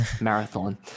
marathon